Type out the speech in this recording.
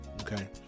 Okay